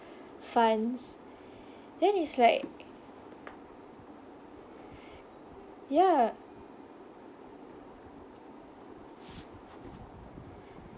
funds then it's like ya